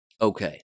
Okay